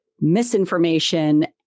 misinformation